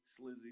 slizzy